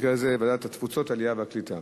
במקרה הזה, ועדת התפוצות, העלייה והקליטה.